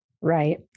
Right